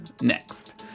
next